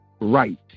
right